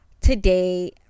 today